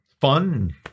fun